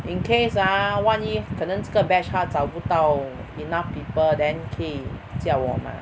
in case ah 万一这个 batch 他找不到 enough people then 可以叫我 mah